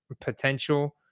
potential